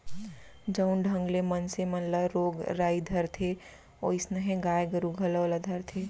जउन ढंग ले मनसे मन ल रोग राई धरथे वोइसनहे गाय गरू घलौ ल धरथे